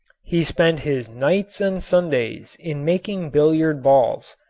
he spent his nights and sundays in making billiard balls,